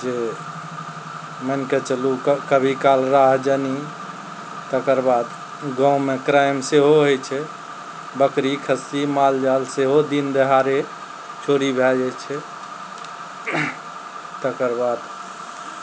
जे मानि कऽ चलू कभी काल राह जानी तकर बाद गाँवमे क्राइम सेहो होइ छै बकरी खस्सी मालजाल सेहो दिन देहारे चोरी भए जाइ छै तकर बाद